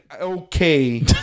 okay